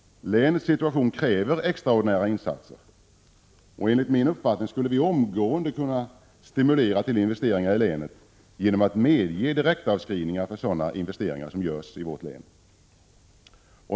Länets situation kräver extraordinära insatser. Enligt min uppfattning skulle vi omgående kunna stimulera till investeringar i länet genom att medge direktavskrivning för sådana investeringar som görs i vårt län.